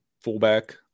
fullback